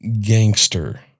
gangster